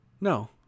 No